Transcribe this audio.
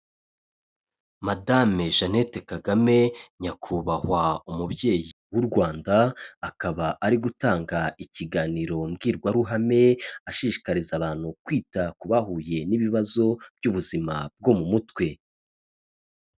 Madame Jeannette Kagame Nyakubahwa umubyeyi w'u Rwanda, akaba ari gutanga ikiganiro mbwirwaruhame ashishikariza abantu kwita ku bahuye n'ibibazo by'ubuzima bwo mu mutwe.